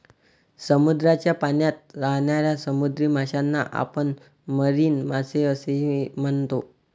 समुद्राच्या पाण्यात राहणाऱ्या समुद्री माशांना आपण मरीन मासे असेही म्हणतो